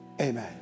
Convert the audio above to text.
Amen